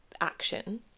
action